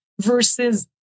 versus